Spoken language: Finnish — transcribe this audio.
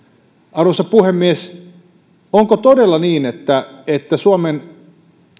arvoisa puhemies onko todella niin että että suomen